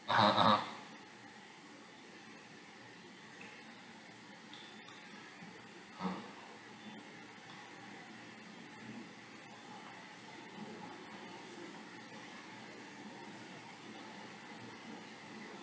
(uh huh) (uh huh) ah